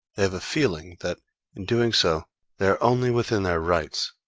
they have a feeling that in doing so they are only within their rights.